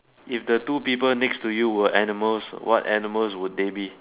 if the two people next to you were animals what animals would they be